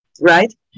right